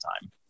time